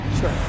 Sure